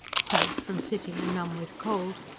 cramped from sitting and numb with cold,